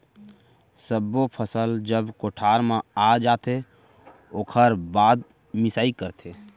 सब्बो फसल जब कोठार म आ जाथे ओकर बाद मिंसाई करथे